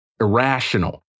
irrational